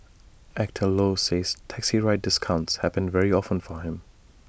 Actor low says taxi ride discounts happen very often for him